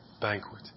banquet